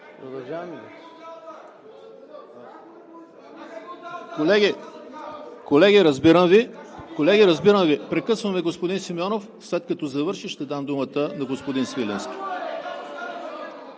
за България“.) Колеги, разбирам Ви. Прекъсваме господин Симеонов. След като завърши, ще дам думата на господин Свиленски.